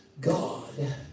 God